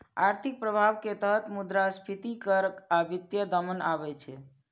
आर्थिक प्रभाव के तहत मुद्रास्फीति कर आ वित्तीय दमन आबै छै